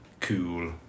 Cool